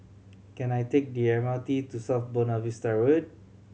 can I take the M R T to South Buona Vista Road